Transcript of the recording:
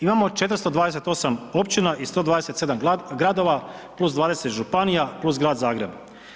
Imamo 428 općina i 127 gradova + 20 županija + Grad Zagreb.